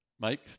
Mike